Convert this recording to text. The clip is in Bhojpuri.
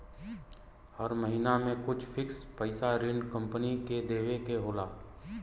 हर महिना में कुछ फिक्स पइसा ऋण कम्पनी के देवे के होला